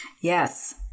Yes